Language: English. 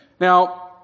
Now